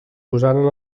posaren